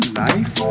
life